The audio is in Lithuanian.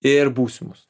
ir būsimus